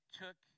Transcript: took